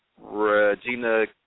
Regina